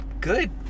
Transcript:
Good